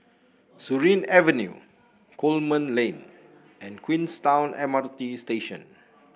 Surin Avenue Coleman Lane and Queenstown M R T Station